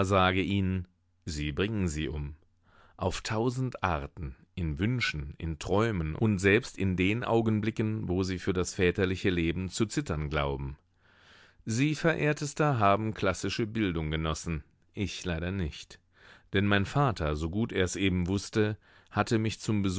sage ihnen sie bringen sie um auf tausend arten in wünschen in träumen und selbst in den augenblicken wo sie für das väterliche leben zu zittern glauben sie verehrtester haben klassische bildung genossen ich leider nicht denn mein vater so gut er's eben wußte hatte mich